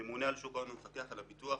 הממונה על שוק ההון הוא המפקח על הביטוח,